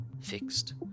fixed